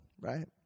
right